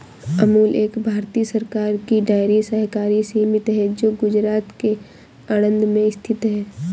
अमूल एक भारतीय सरकार की डेयरी सहकारी समिति है जो गुजरात के आणंद में स्थित है